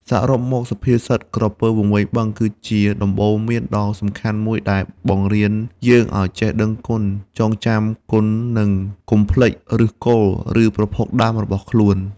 សរុបមក សុភាសិត "ក្រពើវង្វេងបឹង" គឺជាដំបូន្មានដ៏សំខាន់មួយដែលបង្រៀនយើងឱ្យចេះដឹងគុណ ចងចាំគុណ និងកុំភ្លេចឫសគល់ ឬប្រភពដើមរបស់ខ្លួន។